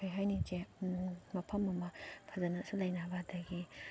ꯀꯔꯤ ꯍꯥꯏꯅꯤ ꯆꯦ ꯃꯐꯝ ꯑꯃ ꯐꯖꯅꯁꯨ ꯂꯩꯅꯕ ꯑꯗꯒꯤ